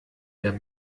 der